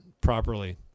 properly